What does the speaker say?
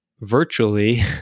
virtually